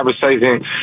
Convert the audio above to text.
conversation